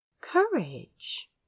courage